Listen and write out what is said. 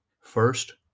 First